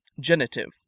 Genitive